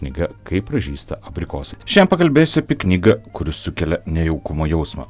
knyga kaip pražysta abrikosai šiandien pakalbėsiu apie knygą kuri sukelia nejaukumo jausmą